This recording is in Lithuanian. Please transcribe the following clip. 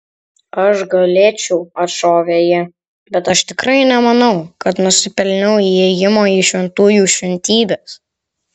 aš galėčiau atšovė ji bet aš tikrai nemanau kad nusipelniau įėjimo į šventųjų šventybes